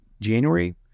January